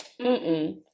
Mm-mm